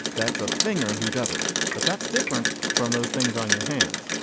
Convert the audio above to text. that's a finger who does it but that's different from those things on your hands.